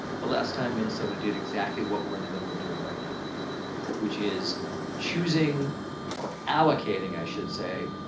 the last time minnesota did exactly what we're in the middle of doing right now which is choosing or allocating, i should say,